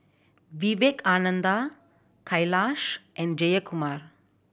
Vivekananda Kailash and Jayakumar